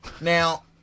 Now